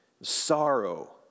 sorrow